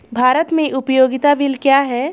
भारत में उपयोगिता बिल क्या हैं?